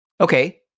Okay